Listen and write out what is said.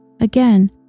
again